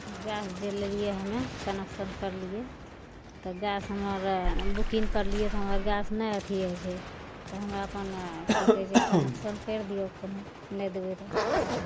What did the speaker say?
gas जे लेलियै हमे कनेक्शन करलियै तऽ गैस हमर बुकिंग करलियै तऽ हमरा गैस नहि अथी होइ छै तऽ हम्मे अपन की कहय छै कनेक्शन करि दियौ कोनो नहि देबय तऽ